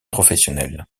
professionnelle